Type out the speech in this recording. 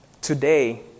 today